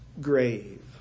grave